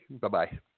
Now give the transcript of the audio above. Bye-bye